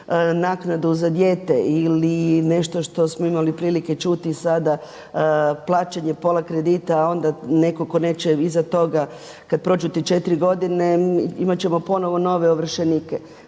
naknadu za dijete ili nešto što smo imali prilike čuti sada plaćanje pola kredita onda netko tko neće iza toga kad prođu te četiri godine imat ćemo ponovno nove ovršenike.